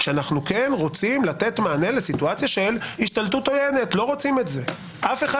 העיקרון שנותן מענה לסיטואציה של השתלטות עוינת שאף אחד